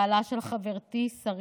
בעלה של חברתי שרית.